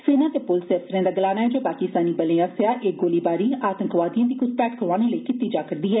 सेना ते पुलस दे अफसरे दा गलाना ऐ जे पाकिस्तान बलें आस्सेया एह गोलीबारी आतंकवादियें दी घुसपैठ करोआने लेई कीती जा रदी ऐ